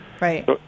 Right